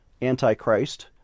anti-Christ